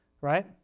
right